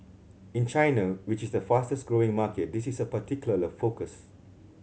in China which is the fastest growing market this is a particular focus